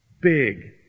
big